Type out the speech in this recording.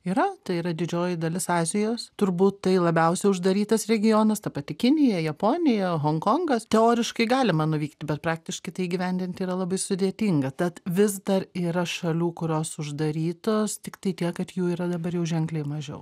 yra tai yra didžioji dalis azijos turbūt tai labiausiai uždarytas regionas ta pati kinija japonija honkongas teoriškai galima nuvykti bet praktiškai tai įgyvendinti yra labai sudėtinga tad vis dar yra šalių kurios uždarytos tiktai tiek kad jų yra dabar jau ženkliai mažiau